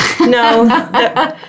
No